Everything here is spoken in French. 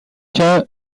cas